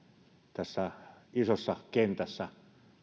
tässä isossa kentässä